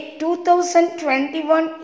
2021